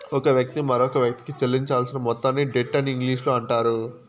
ఒక వ్యక్తి మరొకవ్యక్తికి చెల్లించాల్సిన మొత్తాన్ని డెట్ అని ఇంగ్లీషులో అంటారు